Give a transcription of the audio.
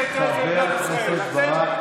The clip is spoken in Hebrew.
לא הצבעתי נגד האינטרס של מדינת ישראל.